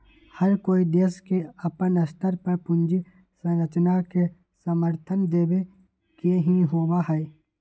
हर कोई देश के अपन स्तर पर पूंजी संरचना के समर्थन देवे के ही होबा हई